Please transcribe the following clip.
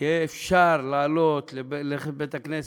יהיה אפשר לעלות לבית-הכנסת,